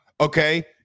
okay